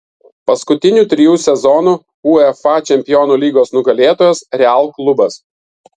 paskutinių trijų sezonų uefa čempionų lygos nugalėtojas real klubas